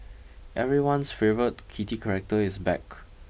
everyone's favourite kitty character is back